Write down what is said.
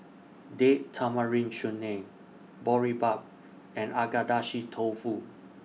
Date Tamarind Chutney Boribap and Agedashi Tofu